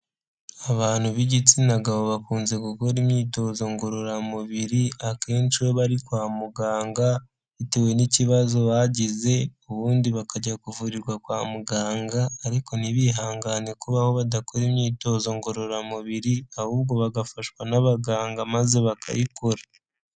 Abantu b'igitsina gabo bakunze gukora imyitozo ngororamubiri, akenshi iyo bari kwa muganga bitewe n'ikibazo bagize ubundi bakajya kuvurirwa kwa muganga ariko ntibihangane kubaho badakora imyitozo ngororamubiri, ahubwo bagafashwa n'abaganga maze bakayikora.